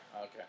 Okay